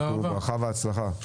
ברכה והצלחה.